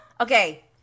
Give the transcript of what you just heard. okay